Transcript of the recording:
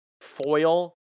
foil